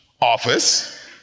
office